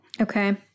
Okay